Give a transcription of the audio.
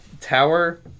tower